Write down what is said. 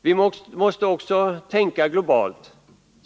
Vi måste också tänka globalt.